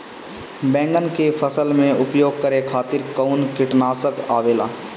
बैंगन के फसल में उपयोग करे खातिर कउन कीटनाशक आवेला?